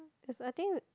theres I think